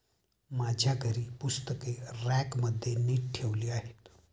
माझ्या घरी पुस्तके रॅकमध्ये नीट ठेवली आहेत